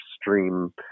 stream